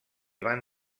van